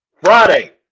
Friday